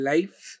Life